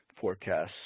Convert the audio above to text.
forecasts